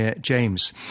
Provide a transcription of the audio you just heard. James